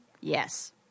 yes